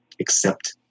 accept